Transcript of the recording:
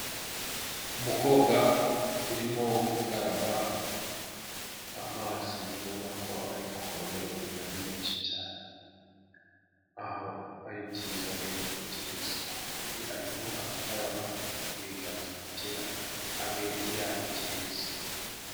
Umukobwa urimo gukaraba amazi ubona ko arikuva muri rubine ari menshi cyane, aho ari byiza rero kugira isuku umubiri arimo arakaraba ibiganza kugira abe yabigirira isuku.